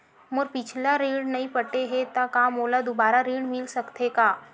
मोर पिछला ऋण नइ पटे हे त का मोला दुबारा ऋण मिल सकथे का?